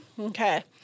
Okay